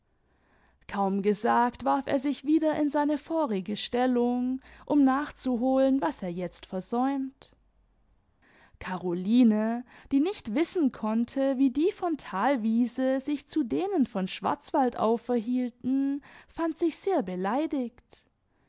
kaum gesagt warf er sich wieder in seine vorige stellung um nachzuholen was er jetzt versäumt caroline die nicht wissen konnte wie die von thalwiese sich zu denen von schwarzwaldau verhielten fand sich sehr beleidiget